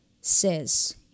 says